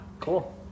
Cool